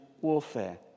warfare